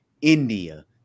India